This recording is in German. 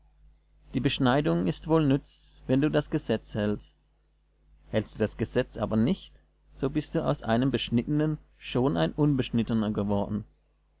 die beschneidung ist wohl nütz wenn du das gesetz hältst hältst du das gesetz aber nicht so bist du aus einem beschnittenen schon ein unbeschnittener geworden